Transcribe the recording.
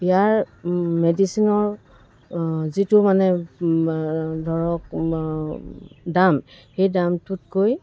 ইয়াৰ মেডিচেনৰ যিটো মানে ধৰক দাম সেই দামটোতকৈ